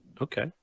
Okay